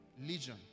legion